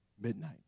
midnight